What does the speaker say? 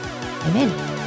Amen